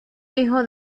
hijo